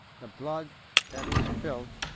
the blood that he spilt,